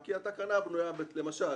כי התקנה בנויה למשל